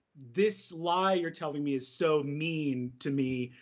this lie you're telling me is so mean to me,